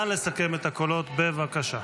נא לסכם את הקולות, בבקשה.